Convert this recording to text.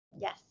Yes